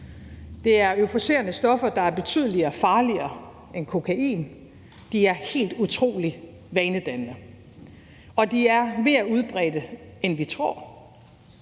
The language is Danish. Det er euforiserende stoffer, der er betydelig farligere end kokain. De er helt utrolig vanedannende, og de er mere udbredte, end vi tror,